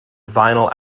vinyl